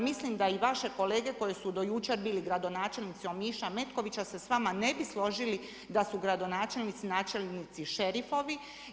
Mislim da i vaše kolege koje su do jučer bili gradonačelnici Omiša, Metkovića se s vama ne bi složili da su gradonačelnici, načelnici šerifovi.